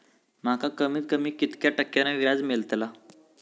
माका कमीत कमी कितक्या टक्क्यान व्याज मेलतला?